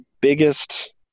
biggest